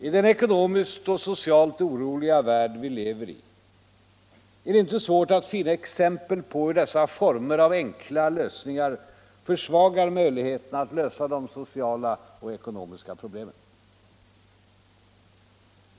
I den ekonomiskt och socialt oroliga värld vi lever i är det inte svårt att finna exempel på hur dessa former av enkla lösningar försvagar möjligheterna att lösa de sociala och ekonomiska problemen.